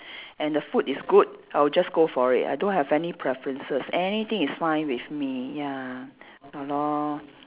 and the food is good I'll just go for it I don't have any preferences anything is fine with me ya ah lor